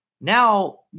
now